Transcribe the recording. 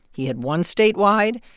he had won statewide.